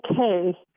okay